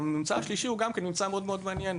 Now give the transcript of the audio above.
הממצא השלישי הוא גם מאוד מעניין.